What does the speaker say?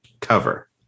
cover